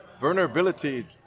vulnerability